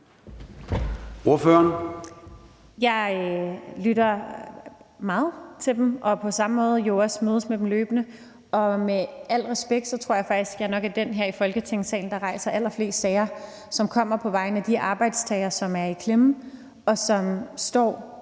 Jeg lytter meget til dem og mødes jo også med dem løbende. Med al respekt tror jeg faktisk, jeg nok er den her i Folketingssalen, der rejser allerflest sager på vegne af de arbejdstagere, som er i klemme, og som